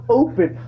open